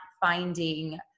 finding